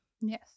Yes